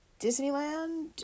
Disneyland